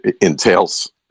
entails